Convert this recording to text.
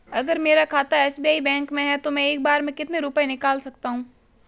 अगर मेरा खाता एस.बी.आई बैंक में है तो मैं एक बार में कितने रुपए निकाल सकता हूँ?